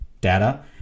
data